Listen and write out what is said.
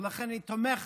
לכן אני תומך